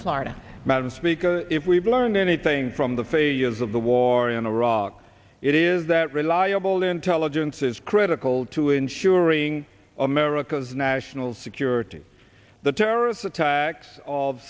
madam speaker if we've learned anything from the failures of the war in iraq it is that reliable intelligence is critical to ensuring america's national security the terrorist attacks of